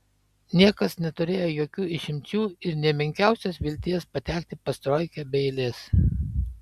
niekas neturėjo jokių išimčių ir nė menkiausios vilties patekti pas troikę be eilės